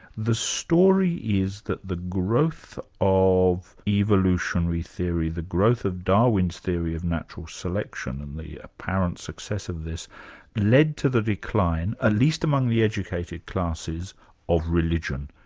the story is that the growth of evolutionary theory, the growth of darwin's theory of natural selection and the apparent success of this led to the decline at ah least among the educated classes of religion.